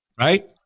right